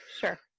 Sure